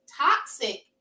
Toxic